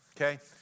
okay